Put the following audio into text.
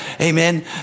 Amen